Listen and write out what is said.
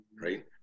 right